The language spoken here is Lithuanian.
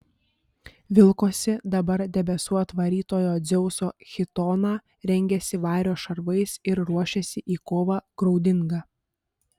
vilkosi dabar debesų atvarytojo dzeuso chitoną rengėsi vario šarvais ir ruošėsi į kovą graudingą